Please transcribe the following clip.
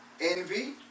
envy